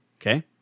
okay